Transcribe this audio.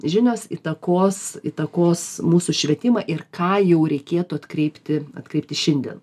žinios įtakos įtakos mūsų švietimą ir ką jau reikėtų atkreipti atkreipti šiandien